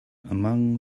among